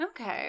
Okay